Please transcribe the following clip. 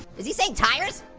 is he saying tires?